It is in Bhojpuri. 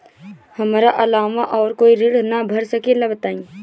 हमरा अलावा और कोई ऋण ना भर सकेला बताई?